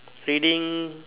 feeling